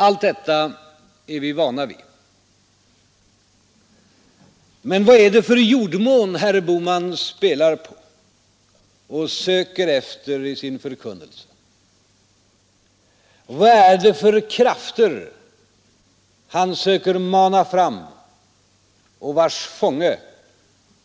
Allt detta är vi vana vid. Men vad är det för jordmån herr Bohman spelar på och söker efter i sin förkunnelse? Vad är det för krafter han söker mana fram och vars fånge